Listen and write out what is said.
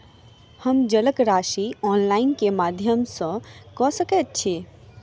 हम जलक राशि ऑनलाइन केँ माध्यम सँ कऽ सकैत छी?